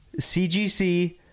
CGC